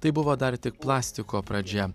tai buvo dar tik plastiko pradžia